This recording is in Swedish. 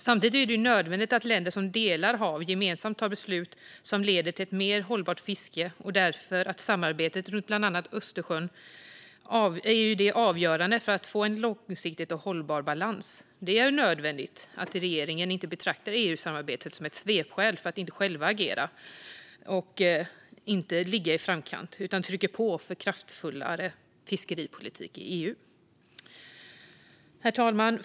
Samtidigt är det nödvändigt att länder som delar hav gemensamt tar beslut som leder till ett mer hållbart fiske. Därför är samarbetet runt bland annat Östersjön avgörande för att få en långsiktig och hållbar balans. Det är nödvändigt att regeringen inte betraktar EU-samarbetet som ett svepskäl för att inte själva agera och ligga i framkant utan att man trycker på för en kraftfullare fiskeripolitik i EU. Herr talman!